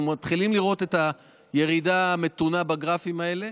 אנחנו מתחילים לראות את הירידה המתונה בגרפים האלה.